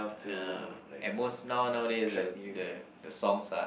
ya at most now nowadays the the the songs are